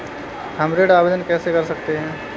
हम ऋण आवेदन कैसे कर सकते हैं?